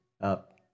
up